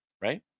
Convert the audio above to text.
right